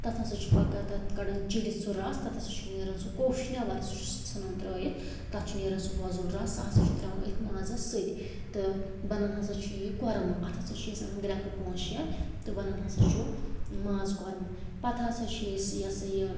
تتھ ہَسا چھ پَتہ کَڑان چِڑِتھ سُہ رَس تتھ ہَسا چھُ نیران سُہ کوٚش نیٚبَر سُہ چھِ ژھٕنان ترٛٲیِتھ تتھ چھُ نیران سُہ وۄزُل رس سُہ ہسا چھِ ترٛاوان أتھۍ مازَس سۭتۍ تہٕ بَنان ہَسا چھُ یہِ کوٚرمہٕ اتھ ہَسا چھِ أسۍ انان گرٛیٚکہٕ پٲنٛژھ شےٚ تہٕ بنان ہَسا چھُ ماز کۄرمہٕ پَتہٕ ہَسا چھِ أسۍ یہِ ہَسا یہِ